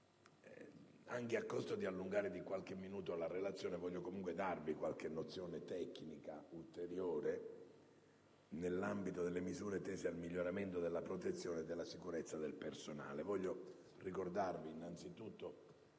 Anche a costo di allungare di qualche minuto la relazione, voglio darvi qualche nozione tecnica ulteriore. Nell'ambito delle misure tese al miglioramento della protezione e della sicurezza del personale,